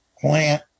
plant